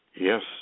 Yes